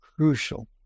crucial